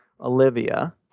Olivia